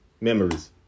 memories